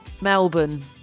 melbourne